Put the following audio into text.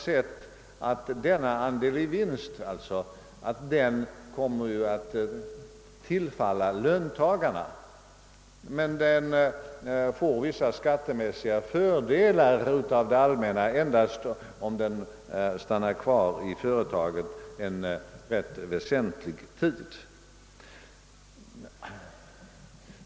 Systemet föreslås bli så utformat att det ger vissa skattemässiga fördelar för löntagarna endast om sparmedlen stannar kvar i företaget en rätt väsentlig tid.